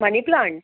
money plant